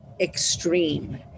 extreme